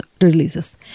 releases